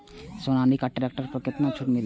Sonalika tractor पर केतना छूट मिलते?